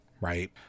Right